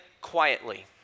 quietly